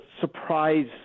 surprise